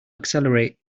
accelerate